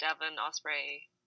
Devon-Osprey